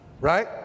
Right